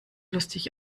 lustig